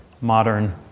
modern